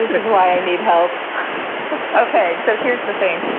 is why i need help ok. so here's the thing.